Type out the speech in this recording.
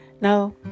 Now